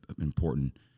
important